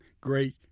great